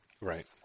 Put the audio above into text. Right